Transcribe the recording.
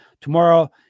tomorrow